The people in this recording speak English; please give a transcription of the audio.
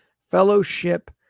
fellowship